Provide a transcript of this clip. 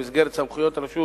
במסגרת סמכויות הרשות